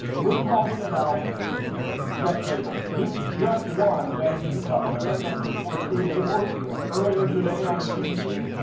we are talking about just bagels, this just one best newcomer in our customer choice food awards earlier today on qvc,